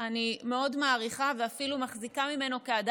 מעריכה ואפילו מחזיקה ממנו אדם ישר,